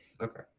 Okay